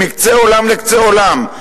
מקצה עולם לקצה עולם,